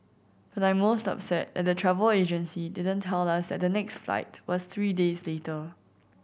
but I'm most upset that the travel agency didn't tell us that the next flight was three days later